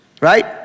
Right